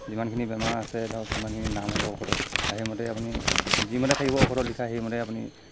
যিমানখিনি বেমাৰ আছে ধৰক যিমানখিনি নাম হ'ব ঔষধৰ আৰু সেইমতেই আপুনি যিমতে থাকিব ঔষধত লিখা সেইমতেই আপুনি